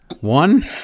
one